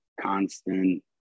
constant